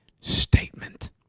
statement